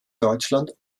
deutschland